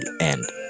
end